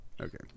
Okay